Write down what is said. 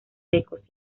secos